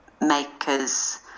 maker's